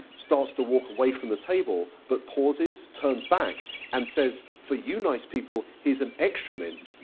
starts to walk away from the table, but pauses, turns back and says, for you nice people, here's an extra mint,